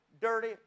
dirty